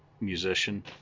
musician